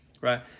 right